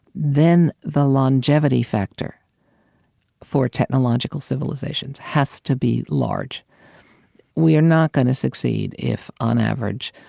then the longevity factor for technological civilizations has to be large we are not gonna succeed if, on average,